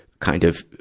kind of,